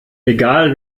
egal